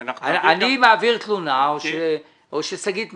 אני מעביר תלונה או ששגית מעבירה,